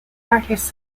artists